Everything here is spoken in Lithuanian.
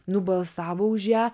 nubalsavo už ją